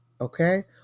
okay